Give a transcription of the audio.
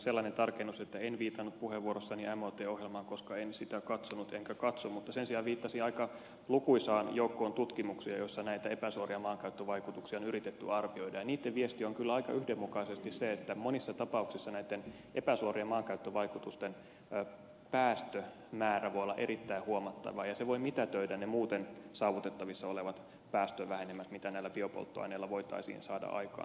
sellainen tarkennus että en viitannut puheenvuorossani mot ohjelmaan koska en sitä katsonut enkä katso mutta sen sijaan viittasin aika lukuisaan joukkoon tutkimuksia joissa näitä epäsuoria maankäyttövaikutuksia on yritetty arvioida ja niitten viesti on kyllä aika yhdenmukaisesti se että monissa tapauksissa näitten epäsuorien maankäyttövaikutusten päästömäärä voi olla erittäin huomattava ja se voi mitätöidä ne muuten saavutettavissa olevat päästövähenemät mitä näillä biopolttoaineilla voitaisiin saada aikaan